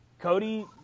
Cody